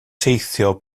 teithio